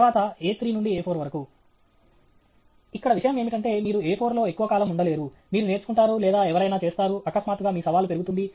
తర్వాత A3 నుండి A4 వరకు ఇక్కడ విషయం ఏమిటంటే మీరు A4 లో ఎక్కువ కాలం ఉండలేరు మీరు నేర్చుకుంటారు లేదా ఎవరైనా చేస్తారు అకస్మాత్తుగా మీ సవాలు పెరుగుతుంది